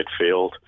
midfield